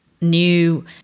new